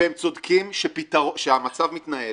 והם צודקים שהמצב מתנהל